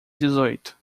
dezoito